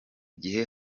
gihe